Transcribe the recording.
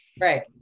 Right